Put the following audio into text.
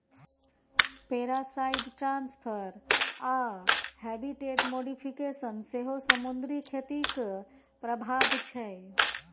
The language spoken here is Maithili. पैरासाइट ट्रांसफर आ हैबिटेट मोडीफिकेशन सेहो समुद्री खेतीक प्रभाब छै